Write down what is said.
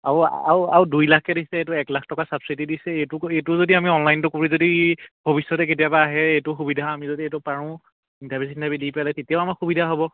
আৰু আৰু আৰু দুই লাখকৈ দিছে এইটো এক লাখ টকা ছাবচিডি দিছে এইটো কৰি এইটো যদি আমি অনলাইনটো কৰি যদি ভৱিষ্যতে কেতিয়াবা আহে এইটো সুবিধা আমি যদি এইটো পাৰোঁ ইণ্টাৰভিউ চিণ্টাৰভিউ দি পেলাই তেতিয়াও আমাৰ সুবিধা হ'ব